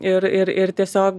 ir ir ir tiesiog